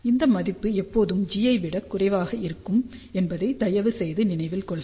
இந்த மதிப்பு எப்போதும் G ஐ விட குறைவாக இருக்கும் என்பதை தயவுசெய்து நினைவில் கொள்க